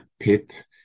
pit